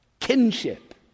Kinship